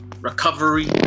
recovery